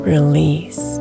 Release